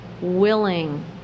willing